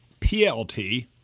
PLT